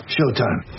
Showtime